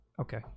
okay